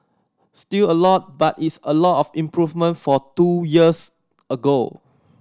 still a lot but it's a lot of improvement for two years ago